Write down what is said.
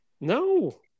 No